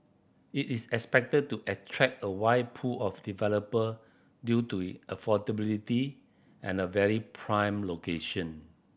it is expected to attract a wide pool of developer due to it affordability and a very prime location